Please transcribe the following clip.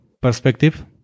perspective